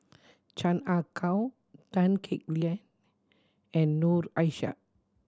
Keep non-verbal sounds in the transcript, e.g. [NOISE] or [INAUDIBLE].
Chan Ah Kow Tan Kek [UNINTELLIGIBLE] and Noor Aishah